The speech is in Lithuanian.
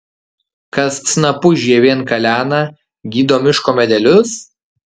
kas snapu žievėn kalena gydo miško medelius